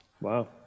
wow